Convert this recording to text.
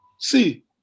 See